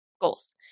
goals